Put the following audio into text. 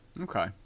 Okay